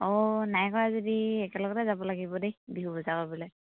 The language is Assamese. অ' নাই কৰা যদি একেলগতে যাব লাগিব দেই বিহু বজাৰ কৰিবলৈ